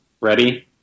Ready